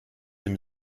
dem